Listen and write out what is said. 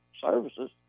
services